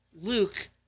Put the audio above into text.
Luke